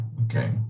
Okay